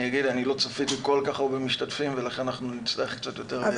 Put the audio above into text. אני לא צפיתי כל כך הרבה משתתפים ולכן אנחנו נצטרך קצת יותר לקצר.